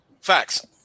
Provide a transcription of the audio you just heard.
Facts